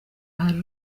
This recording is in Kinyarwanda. hari